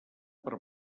per